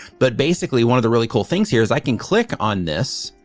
but basically one of the really cool things here is i can click on this,